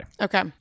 Okay